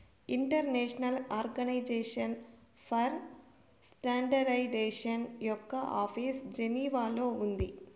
international Organization for Standardization యొక్క office జెనీవాలో ఉంది